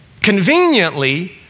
Conveniently